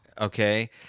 Okay